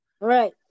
Right